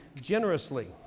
generously